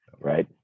right